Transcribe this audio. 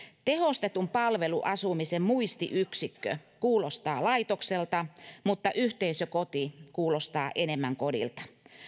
tehostetun palveluasumisen muistiyksikkö kuulostaa laitokselta mutta yhteisökoti kuulostaa enemmän kodilta